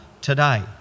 today